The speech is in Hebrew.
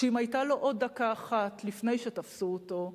שאם היתה לו עוד דקה אחת לפני שתפסו אותו,